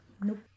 Nope